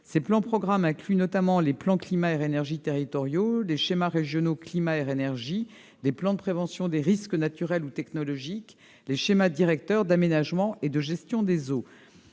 et ces programmes incluent notamment les plans climat-air-énergie territoriaux, les schémas régionaux climat-air-énergie, les plans de prévention des risques naturels ou technologiques, les schémas directeurs d'aménagement et de gestion des eaux.